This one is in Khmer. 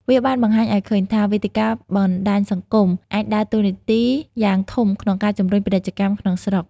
វាបានបង្ហាញឱ្យឃើញថា វេទិកាបណ្តាញសង្គមអាចដើរតួនាទីយ៉ាងធំក្នុងការជំរុញពាណិជ្ជកម្មក្នុងស្រុក។